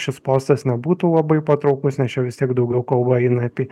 šis postas nebūtų labai patrauklus nes čia vis tiek daugiau kalba eina apie